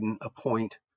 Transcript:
appoint